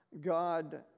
God